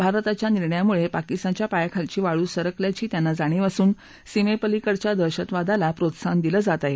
भारताच्या निर्णयामुळ पिकिस्तानच्या पायाखालाची वाळु सरकल्याची त्यांना जाणीव असून सीमप्रक्रीकडील दहशतवादाला प्रोत्साहन दिलं जात आह